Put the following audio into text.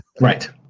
Right